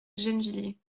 gennevilliers